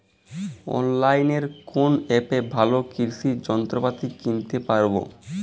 অনলাইনের কোন অ্যাপে ভালো কৃষির যন্ত্রপাতি কিনতে পারবো?